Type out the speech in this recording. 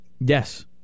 Yes